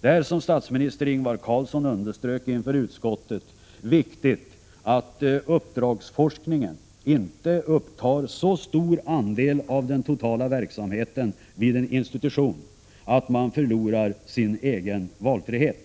Det är, som statsministern underströk inför utskottet, viktigt att uppdragsforskningen inte upptar så stor andel av den totala verksamheten vid en institution att man förlorar sin valfrihet.